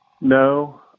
No